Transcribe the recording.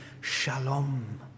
shalom